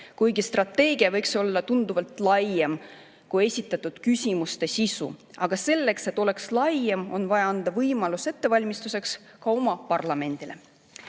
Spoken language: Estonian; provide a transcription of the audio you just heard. kuid strateegia võiks olla tunduvalt laiem kui esitatud küsimuste sisu. Aga selleks, et oleks laiem, on vaja anda võimalus ettevalmistuseks ka parlamendile.